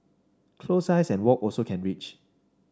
close eyes and walk also can reach